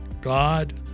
God